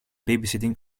babysitting